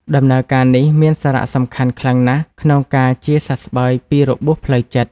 ដំណើរការនេះមានសារៈសំខាន់ខ្លាំងណាស់ក្នុងការជាសះស្បើយពីរបួសផ្លូវចិត្ត។